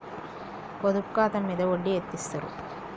పొదుపు ఖాతా మీద వడ్డీ ఎంతిస్తరు?